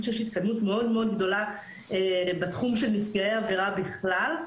התקדמות מאוד גדולה בתחום של נפגעי עבירה בכלל,